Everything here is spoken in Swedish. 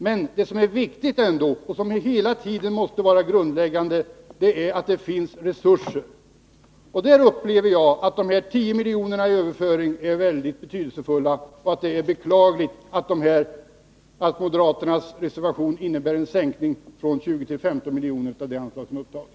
Men det som är viktigt och som hela tiden måste vara grundläggande är att det finns resurser. Jag tycker att de föreslagna tio miljonerna i överföring är mycket betydelsefulla. Det är beklagligt att moderaternas reservation innebär en sänkning från 20 till 15 miljoner av det anslag som är upptaget.